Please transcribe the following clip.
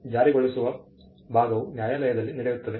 ಜಾರಿಗೊಳಿಸುವ ಭಾಗವು ನ್ಯಾಯಾಲಯದಲ್ಲಿ ನಡೆಯುತ್ತದೆ